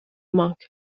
monk